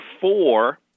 four